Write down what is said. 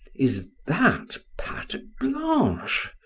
is that patte blanche?